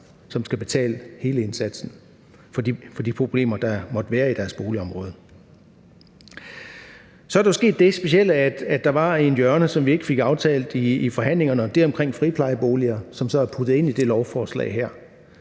som skal betale for hele indsatsen for de problemer, der måtte være i deres boligområde. Så er der jo sket det specielle, at der var et hjørne, som vi ikke fik aftalt i forhandlingerne, og det er omkring friplejeboliger, som så er puttet ind i det her lovforslag.